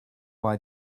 why